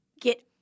get